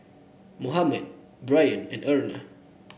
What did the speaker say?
Mohammed Brien and Erna